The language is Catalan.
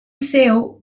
seu